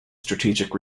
strategic